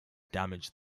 damage